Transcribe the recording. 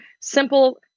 simple